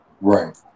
right